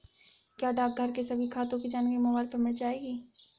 क्या डाकघर के सभी खातों की जानकारी मोबाइल पर मिल जाएगी?